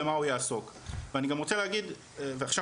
מה הוא יעסוק ואני גם רוצה להגיד ועכשיו